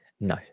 no